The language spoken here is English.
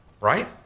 Right